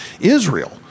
Israel